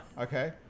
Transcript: Okay